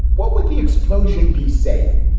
what would the explosion be saying?